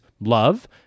love